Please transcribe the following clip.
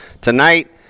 tonight